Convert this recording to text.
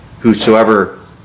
Whosoever